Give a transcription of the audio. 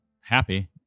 happy